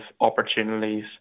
opportunities